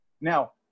Now